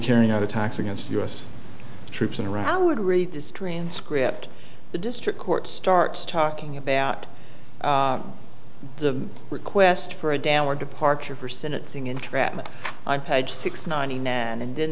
carrying out attacks against u s troops in iraq i would read this transcript the district court starts talking about the request for a downward departure for senate saying entrapment i page six ninety nine and then